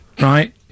Right